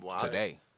today